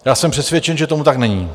Já jsem přesvědčen, že tomu tak není.